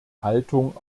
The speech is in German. haltung